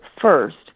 first